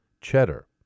Cheddar